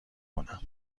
کنم